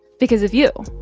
because of you